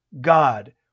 God